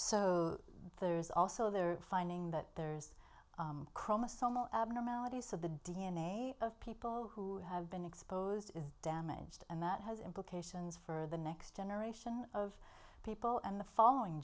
so there's also they're finding that there's chromosomal abnormalities so the d n a of people who have been exposed is damaged and that has implications for the next generation of people and the following